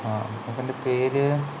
ആ അവൻ്റെ പേര്